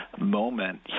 moment